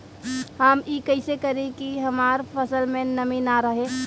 हम ई कइसे करी की हमार फसल में नमी ना रहे?